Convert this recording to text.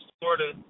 Florida